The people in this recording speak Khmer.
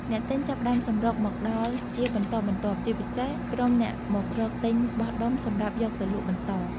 អ្នកទិញចាប់ផ្ដើមសម្រុកមកដល់ជាបន្តបន្ទាប់ ជាពិសេសក្រុមអ្នកមករកទិញបោះដុំសម្រាប់យកទៅលក់បន្ត។